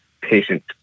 patient